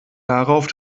darauf